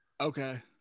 Okay